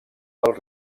del